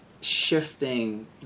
shifting